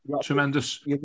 Tremendous